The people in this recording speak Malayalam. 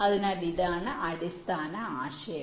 അതിനാൽ ഇതാണ് അടിസ്ഥാന ആശയം